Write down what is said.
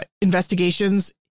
investigations